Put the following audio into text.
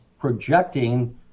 projecting